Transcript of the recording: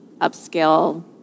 upscale